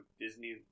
Disney